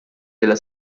della